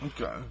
okay